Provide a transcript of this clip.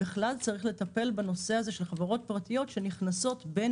בכלל צריך לטפל בנושא של חברות פרטיות שנכנסות בין